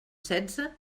setze